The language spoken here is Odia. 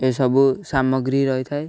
ଏସବୁ ସାମଗ୍ରୀ ରହିଥାଏ